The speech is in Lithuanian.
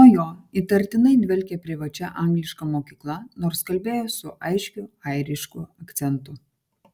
nuo jo įtartinai dvelkė privačia angliška mokykla nors kalbėjo su aiškiu airišku akcentu